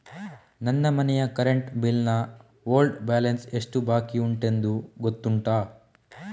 ನನ್ನ ಮನೆಯ current bill ನ ಓಲ್ಡ್ ಬ್ಯಾಲೆನ್ಸ್ ಎಷ್ಟು ಬಾಕಿಯುಂಟೆಂದು ಗೊತ್ತುಂಟ?